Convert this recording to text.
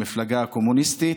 המפלגה הקומוניסטית,